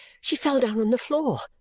she fell down on the floor.